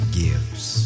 gives